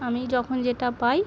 আমি যখন যেটা পাই